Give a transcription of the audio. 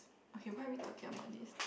okay why are we talking about this